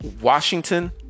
Washington